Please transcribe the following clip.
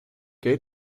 gate